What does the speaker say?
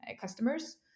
customers